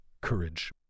courage